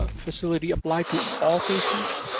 ah facility apply to all patients?